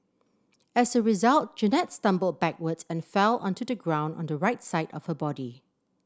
as a result Jeannette stumbled backwards and fell onto the ground on the right side of her body